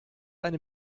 eine